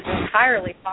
entirely